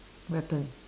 weapon